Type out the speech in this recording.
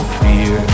fear